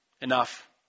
Enough